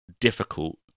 difficult